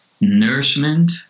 nourishment